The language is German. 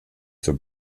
zur